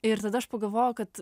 ir tada aš pagalvojau kad